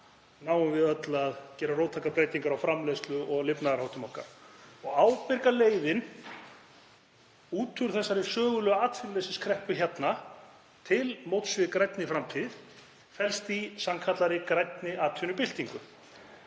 náum við öll að gera róttækar breytingar á framleiðslu- og lifnaðarháttum okkar. Ábyrga leiðin út úr þessari sögulegu atvinnuleysiskreppu núna til móts við grænni framtíð felst í sannkallaðri grænni atvinnubyltingu.